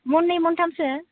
मननै मनथामसो